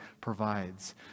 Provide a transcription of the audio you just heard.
provides